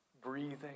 breathing